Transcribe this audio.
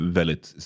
väldigt